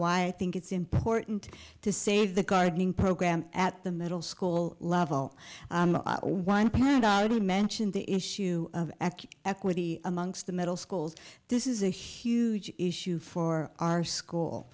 why i think it's important to save the gardening program at the middle school level one plant i did mention the issue of equity amongst the middle schools this is a huge issue for our school